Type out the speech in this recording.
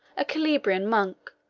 a calabrian monk,